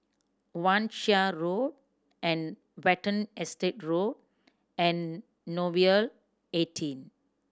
Wan Shih Road and Watten Estate Road and Nouvel eighteen